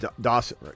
Dawson